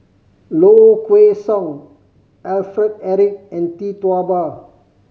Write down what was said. Low Kway Song Alfred Eric and Tee Tua Ba